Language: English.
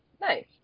nice